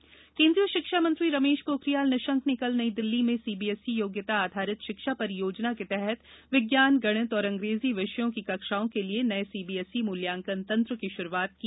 Pokhriyal CBSE केन्द्रीय शिक्षा मंत्री रमेश पोखरियाल निशंक ने कल नई दिल्ली में सीबीएसई योग्यता आधारित शिक्षा परियोजना के तहत विज्ञान गणित और अंग्रेजी विषयों की कक्षाओं के लिए नए सीबीएसई मूल्यांकन तंत्र की शुरुआत की